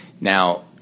now